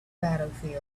battlefield